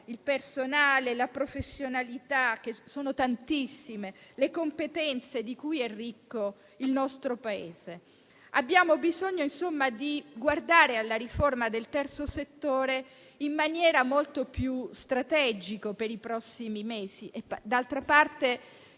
il personale, le tantissime professionalità, le competenze di cui è ricco il nostro Paese. Abbiamo bisogno, insomma, di guardare alla riforma del Terzo settore in maniera molto più strategica per i prossimi mesi e, d'altra parte,